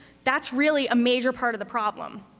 that's really a major part of the problem.